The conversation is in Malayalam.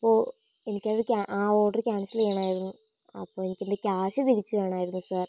അപ്പോൾ എനിക്കത് ക്യാ ആ ഓഡറ് ക്യാൻസല് ചെയ്യണമായിരുന്നു അപ്പോൾ എനിക്കെൻ്റെ ക്യാഷ് തിരിച്ചുവേണമായിരുന്നു സാർ